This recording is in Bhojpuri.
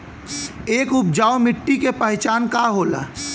एक उपजाऊ मिट्टी के पहचान का होला?